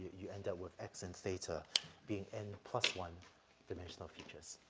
you end up with x and theta being n plus one dimensional features.